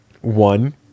one